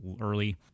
early